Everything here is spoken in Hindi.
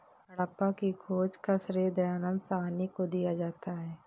हड़प्पा की खोज का श्रेय दयानन्द साहनी को दिया जाता है